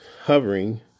hovering